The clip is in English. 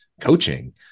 coaching